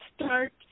start